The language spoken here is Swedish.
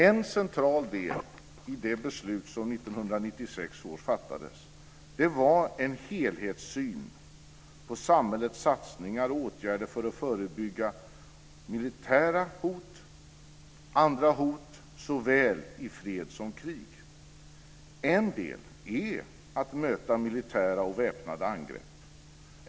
En central del i det beslut som fattades år 1996 var en helhetssyn på samhällets satsningar och åtgärder för att förebygga militära hot och andra hot såväl i fred som i krig. En del är att möta militära och väpnade angrepp.